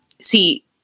See